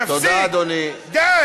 די.